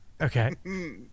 okay